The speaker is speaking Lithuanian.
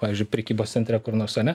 pavyzdžiui prekybos centre kur nors ane